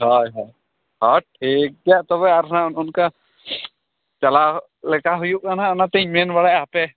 ᱦᱚᱭ ᱦᱚᱭ ᱴᱷᱤᱠ ᱴᱷᱤᱠ ᱜᱮᱭᱟ ᱛᱚᱵᱮ ᱟᱨᱦᱚᱸ ᱱᱚᱜᱼᱚ ᱱᱚᱝᱠᱟ ᱪᱟᱞᱟᱣᱞᱮᱠᱟ ᱦᱩᱭᱩᱜ ᱠᱟᱱᱟᱦᱟᱜ ᱚᱱᱟᱛᱮᱧ ᱢᱮᱱᱵᱟᱲᱟᱭᱮᱫᱟ ᱦᱟᱯᱮ